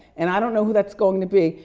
and i don't know who that's going to be,